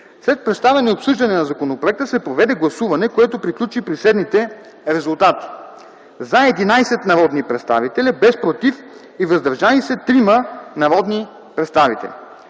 След представяне и обсъждане на законопроекта се проведе гласуване, което приключи при следните резултати: “за” – 11 народни представители, без “против” и “въздържали се” – 3 народни представители.